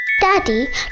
Daddy